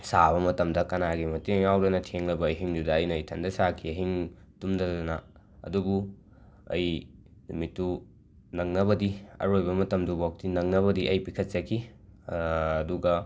ꯁꯥꯕ ꯃꯇꯝꯗ ꯀꯅꯥꯒꯤ ꯃꯇꯦꯡ ꯌꯥꯏꯗꯅ ꯊꯦꯡꯂꯕ ꯑꯍꯤꯡꯗꯨꯗ ꯑꯩꯅ ꯏꯊꯟꯗ ꯁꯥꯈꯤ ꯑꯍꯤꯡ ꯇꯨꯝꯗꯗꯅ ꯑꯗꯨꯕꯨ ꯑꯩ ꯅꯨꯃꯤꯠꯇꯨ ꯅꯪꯅꯕꯗꯤ ꯑꯔꯣꯏꯕ ꯃꯇꯝꯗꯨꯕꯣꯛꯇꯤ ꯅꯪꯅꯕꯗꯤ ꯑꯩ ꯄꯤꯈꯠꯆꯈꯤ ꯑꯗꯨꯒ